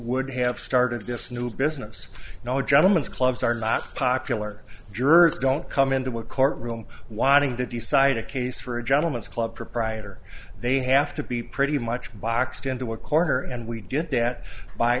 would have started this news business no gentlemen's clubs are not popular jerks don't come into a courtroom whining to decide a case for a gentlemen's club proprietor they have to be pretty much boxed into a corner and we did that by